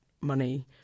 money